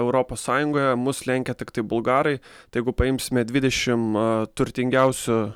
europos sąjungoje mus lenkia tiktai bulgarai tai jeigu paimsime dvidešim turtingiausių